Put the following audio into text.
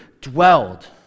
dwelled